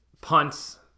punts